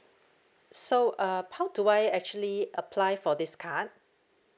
so uh how do I actually apply for this card